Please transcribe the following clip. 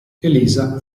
elisa